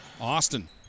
Austin